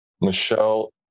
michelle